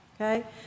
Okay